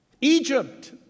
Egypt